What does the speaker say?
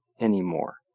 anymore